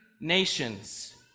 nations